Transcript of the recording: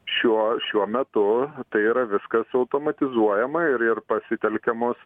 šiuo šiuo metu tai yra viskas automatizuojama ir ir pasitelkiamos